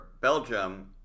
Belgium